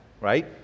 right